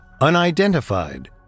unidentified